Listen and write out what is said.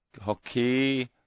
Hockey